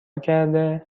کرده